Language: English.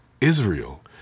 Israel